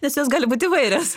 nes jos gali būt įvairios